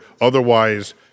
otherwise